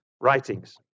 writings